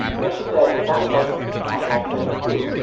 and then she said it sounded like he had an accent too,